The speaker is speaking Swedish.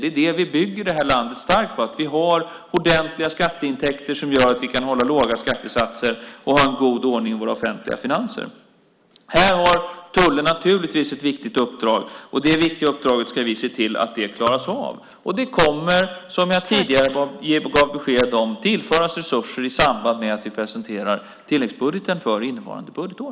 Det är det vi bygger landet starkt på, att vi har ordentliga skatteintäkter som gör att vi kan hålla låga skattesatser och ha en god ordning i våra offentliga finanser. Här har tullen naturligtvis ett viktigt uppdrag, och vi ska se till att detta viktiga uppdrag klaras av. Det kommer, som jag tidigare gav besked om, att tillföras resurser i samband med att vi presenterar tilläggsbudgeten för innevarande budgetår.